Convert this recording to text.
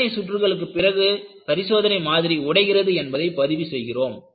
எத்தனை சுற்றுகளுக்கு பிறகு பரிசோதனை மாதிரி உடைகிறது என்பதை பதிவு செய்கிறோம்